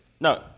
no